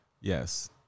Yes